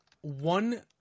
one